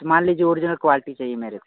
तो मान लीजिए ओरिजनल क्वालिटी चाहिए मेरेको